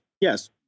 yes